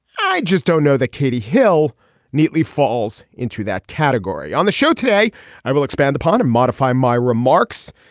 i just don't know the katie katie hill neatly falls into that category on the show today i will expand upon and modify my remarks.